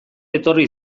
etorri